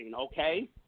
okay